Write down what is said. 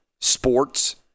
sports